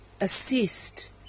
assist